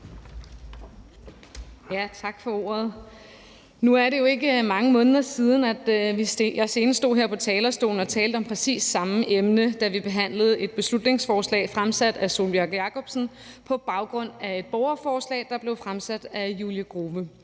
(M): Tak for ordet. Nu er det jo ikke mange måneder siden, jeg senest stod her på talerstolen og talte om præcis samme emne, da vi behandlede et beslutningsforslag fremsat af Sólbjørg Jakobsen på baggrund af et borgerforslag, der blev fremsat af Julie Grove.